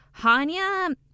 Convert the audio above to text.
Hanya